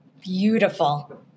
Beautiful